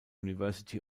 university